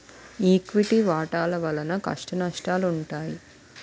equity వాటాల వలన కష్టనష్టాలుంటాయి